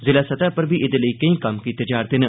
जिला सतह उप्पर बी एह्दे लेई केई कम्म कीते जा'रदे न